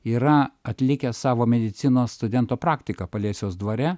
yra atlikęs savo medicinos studento praktiką paliesiaus dvare